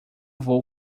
vou